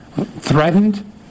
threatened